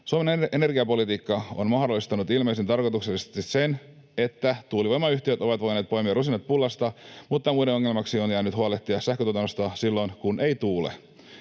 Suomen energiapolitiikka on mahdollistanut ilmeisen tarkoituksellisesti sen, että tuulivoimayhtiöt ovat voineet poimia rusinat pullasta mutta muiden ongelmaksi on jäänyt huolehtia sähköntuotannosta silloin, kun ei tuule.